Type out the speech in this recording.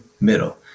middle